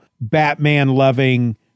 Batman-loving